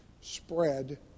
spread